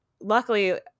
luckily